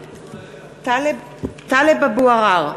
(קוראת בשמות חברי הכנסת) טלב אבו עראר,